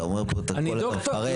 אתה אומר פה, אתה יכול לפרט.